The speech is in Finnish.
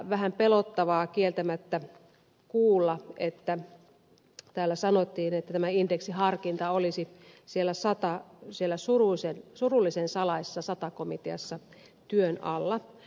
vähän pelottavaa kieltämättä kuulla se kun täällä sanottiin että tämä indeksiharkinta olisi siellä surullisen salaisessa sata komiteassa työn alla